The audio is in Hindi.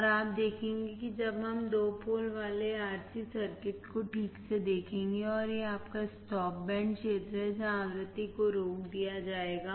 और आप देखेंगे कि जब हम दो पोल वाले RC सर्किट को ठीक से देखेंगे और यह आपका स्टॉप बैंड क्षेत्र है जहां आवृत्ति को रोक दिया जाएगा